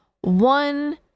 One